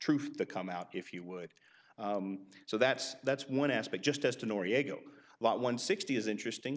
truth to come out if you would so that's that's one aspect just as to noriega lot one sixty is interesting